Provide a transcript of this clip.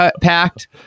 packed